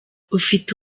ufite